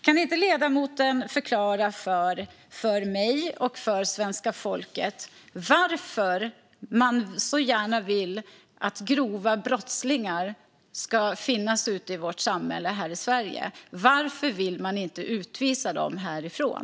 Kan inte ledamoten förklara för mig och för svenska folket varför man så gärna vill att grova brottslingar ska finnas ute i vårt samhälle här i Sverige? Varför vill man inte utvisa dem härifrån?